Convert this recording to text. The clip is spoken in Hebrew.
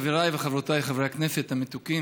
חבריי וחברותיי חברי הכנסת המתוקים